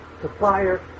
supplier